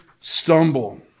stumble